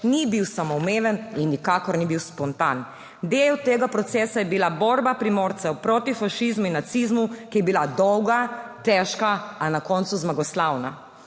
ni bil samoumeven in nikakor ni bil spontan. Del tega procesa je bila borba Primorcev proti fašizmu in nacizmu, ki je bila dolga, težka, a na koncu zmagoslavna.